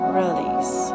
release